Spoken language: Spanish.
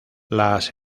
las